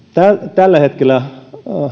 tällä hetkellä